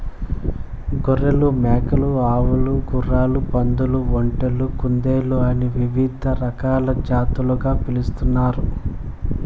గొర్రెలు, మేకలు, ఆవులు, గుర్రాలు, పందులు, ఒంటెలు, కుందేళ్ళు అని వివిధ రకాల జాతులుగా పిలుస్తున్నారు